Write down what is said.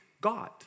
God